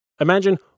Imagine